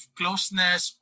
closeness